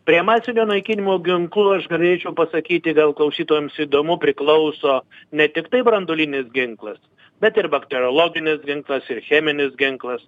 prie masinio naikinimo ginklų aš galėčiau pasakyti gal klausytojams įdomu priklauso ne tiktai branduolinis ginklas bet ir bakteriologinis ginklas ir cheminis ginklas